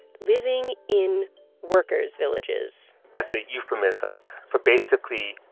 living in workers villages that's a euphemism for, basically,